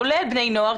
כולל בני נוער,